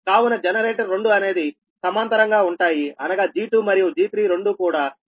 కావున జనరేటర్ 2 అనేది సమాంతరంగా ఉంటాయి అనగా G2 మరియు G3 రెండు కూడా సమాంతరంగా ఉంటాయి